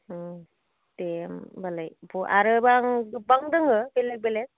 दे होनबालाय आरोबा गोबां दङ बेलेक बेलेक